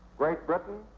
great britain,